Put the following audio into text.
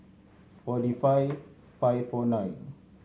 forty five five four nine